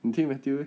你听 matthew meh